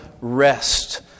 rest